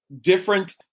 different